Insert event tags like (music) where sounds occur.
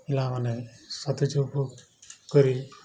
ପିଲାମାନେ (unintelligible) କରି